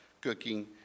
cooking